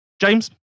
James